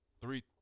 three